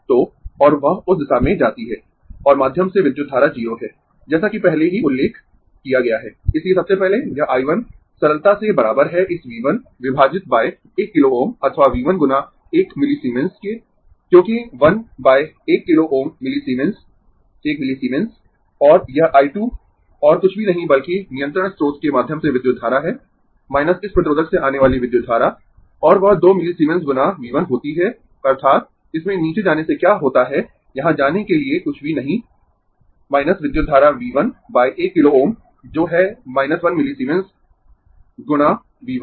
तो और वह उस दिशा में जाती है और माध्यम से विद्युत धारा 0 है जैसा कि पहले ही उल्लेख किया गया है इसलिए सबसे पहले यह I 1 सरलता से बराबर है इस V 1 विभाजित 1 किलो Ω अथवा V 1 गुना 1 मिलीसीमेंस के क्योंकि 1 1 किलो Ω मिलीसीमेंस 1 मिलीसीमेंस और यह I 2 और कुछ भी नहीं बल्कि नियंत्रण स्रोत के माध्यम से विद्युत धारा है इस प्रतिरोधक से आने वाली विद्युत धारा और वह 2 मिलीसीमेंस गुना V 1 होती है अर्थात् इसमें नीचे जाने से क्या होता है यहां जाने के लिए कुछ भी नहीं विद्युत धारा V 1 1 किलो Ω जो है 1 मिलीसीमेंस गुना V 1